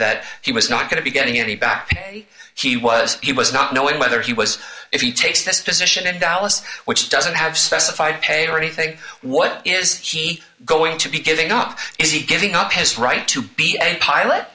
that he was not going to be getting any back he was he was not knowing whether he was if he takes this position in dallas which doesn't have specified pay or anything what is he going to be giving up is he giving up his right to be a pilot